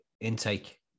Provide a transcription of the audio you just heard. intake